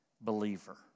believer